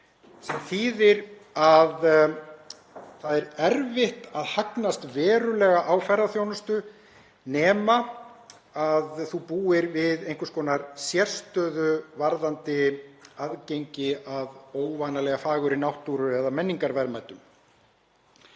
sem þýðir að erfitt er að hagnast verulega á ferðaþjónustu nema þú búir við einhvers konar sérstöðu varðandi aðgengi að óvanalega fagurri náttúru eða menningarverðmætum.